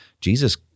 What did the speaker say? Jesus